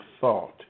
thought